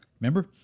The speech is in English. Remember